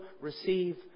receive